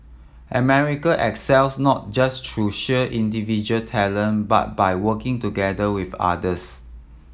America excels not just through sheer individual talent but by working together with others